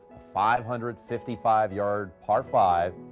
five hundred fifty-five yard par five.